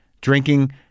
drinking